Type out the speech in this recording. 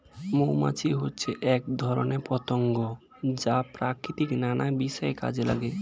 মৌমাছি হচ্ছে এক ধরনের পতঙ্গ যা প্রকৃতির নানা বিষয়ে কাজে লাগে